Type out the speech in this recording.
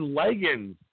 leggings